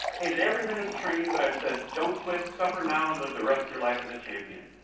hated every minute of training, but i said, don't quit. suffer now, and live the rest of your life as a champion.